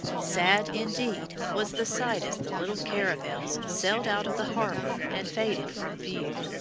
sad indeed was the sight as the little caravels sailed out of the harbor and faded from view.